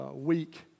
week